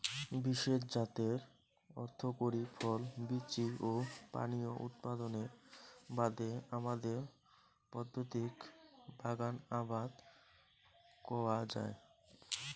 বিশেষ জাতের অর্থকরী ফল, বীচি ও পানীয় উৎপাদনের বাদে আবাদের পদ্ধতিক বাগান আবাদ কওয়া যায়